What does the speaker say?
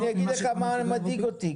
אני אדאיג אותך מה מדאיג אותי,